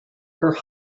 her